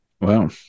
Wow